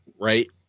right